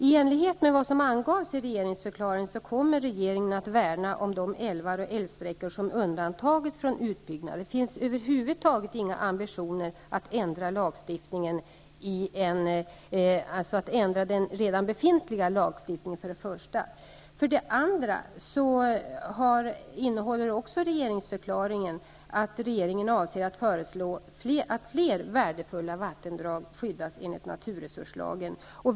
I enlighet med vad som angavs i regeringsförklaringen kommer regeringen att värna om de älvar och älvsträckor som undantas från utbyggnad. För det första finns det över huvud taget inga ambitioner att ändra den redan befintliga lagstiftningen. För det andra innehåller regeringsförklaringen att regeringen avser att föreslå att fler värdefulla vattendrag skyddas enligt naturresurslagen.